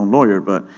lawyer, but.